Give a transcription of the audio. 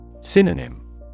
synonym